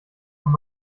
kann